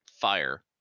Fire